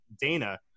dana